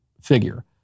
figure